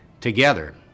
together